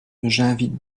j’invite